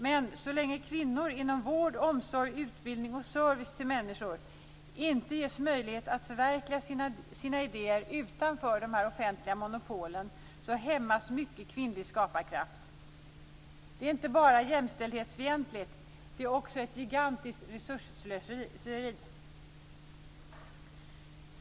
Men så länge kvinnor inom vård, omsorg, utbildning och service till människor inte ges möjlighet att förverkliga sina idéer utanför de offentliga monopolen hämmas mycket kvinnlig skaparkraft. Det är inte bara jämställdhetsfientligt, det är också ett gigantiskt resursslöseri.